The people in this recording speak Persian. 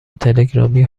تلگرامی